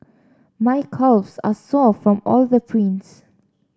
my calves are sore from all the prints